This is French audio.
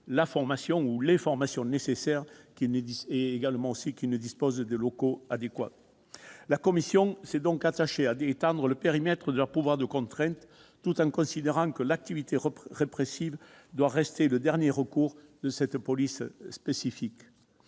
reçu la formation nécessaire ou sans qu'ils disposent des locaux adéquats. La commission s'est donc attachée à étendre le périmètre de leurs pouvoirs de contrainte, tout en considérant que l'activité répressive devrait rester le dernier recours de cette police spécifique.